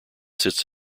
sits